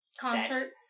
Concert